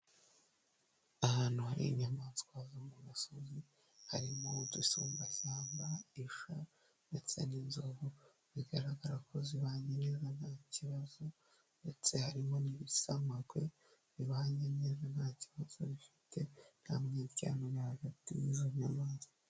Ahantu hari inyamaswa zo mu gasozi harimo udusumbashyamba, isha ndetse n'inzovu, bigaragara ko zibanye neza nta kibazo, ndetse harimo n'ibisamagwe bibanye neza nta kibazo bifite, kandi biryamye hagati y'izo nyamanswa.